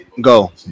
go